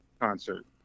concert